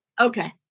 okay